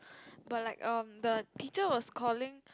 but like um the teacher was calling